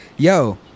Yo